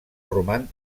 roman